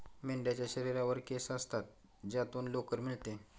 मेंढ्यांच्या शरीरावर केस असतात ज्यातून लोकर मिळते